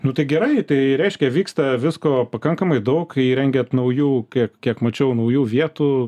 nu tai gerai tai reiškia vyksta visko pakankamai daug įrengiat naujų kiek kiek mačiau naujų vietų